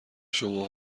شما